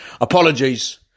Apologies